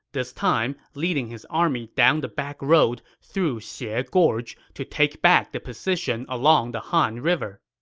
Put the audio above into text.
this time, leading his army down the backroad through xie ah gorge to take back the position along the han river.